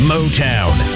Motown